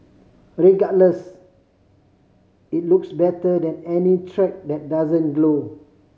regardless it looks better than any track that doesn't glow